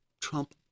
Trump